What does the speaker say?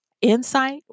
insight